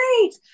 great